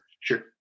Sure